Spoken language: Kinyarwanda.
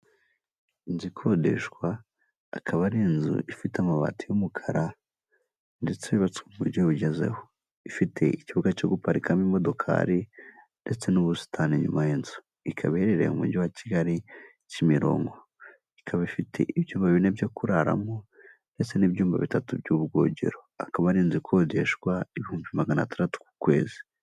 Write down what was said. Inzu ikodeshwa, ikaba ari inzu ifite amabati y'umukara, ndetse yubatswe mu buryo bugezweho. Ifite ikibuga cyo guparikamo imodokari, ndetse n'ubusitani inyuma y'inzu, ikaba iherereye mu mujyi wa Kigali, Kimironko. Ikaba ifite ibyumba bine byo kuraramo, ndetse n'ibyumba bitatu by'ubwogero. Akaba ari inzu ikodeshwa ibihumbi magana atandatu ku kwezi.